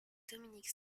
dominique